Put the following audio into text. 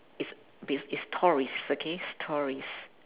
it's be it's stories okay stories